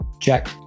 Check